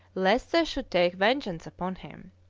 lest they should take vengeance upon him.